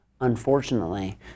unfortunately